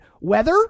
weather